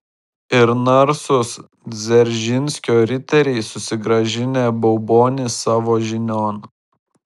ir narsūs dzeržinskio riteriai susigrąžinę baubonį savo žinion